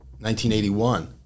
1981